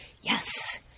yes